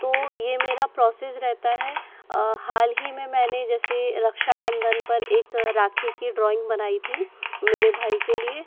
तो ये मेरा प्रोसेस रहता है हाल ही में मैंने जैसे रक्षा बंधन पर एक राखी की एक ड्राइंग बनाई थी मेरे भाई के लिए